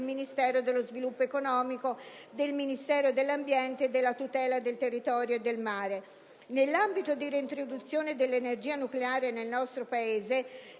del Ministero dello sviluppo economico, del Ministero dell'ambiente e della tutela del territorio e del mare. Nell'ambito dell'introduzione dell'energia nucleare nel nostro Paese,